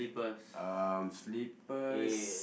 uh slippers